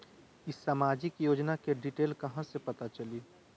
ई सामाजिक योजना के डिटेल कहा से पता चली?